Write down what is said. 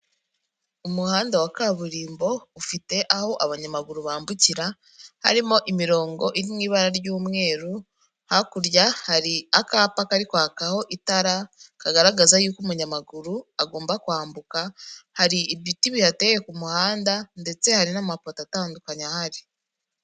Umuhanda wa kaburimbo ufite aho abanyamaguru bambukira harimo imirongo iri mu ibara ry'umweru, hakurya hari akapa kari kwakaho itara kagaragaza y'uko umunyamaguru agomba kwambuka, hari ibiti bihateye ku muhanda ndetse hari n'amapoto atandukanye ahari.